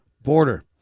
border